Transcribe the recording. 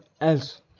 else